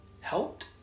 helped